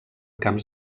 camps